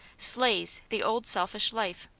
slays the old selfish life.